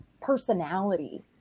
personality